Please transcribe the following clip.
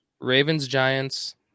Ravens-Giants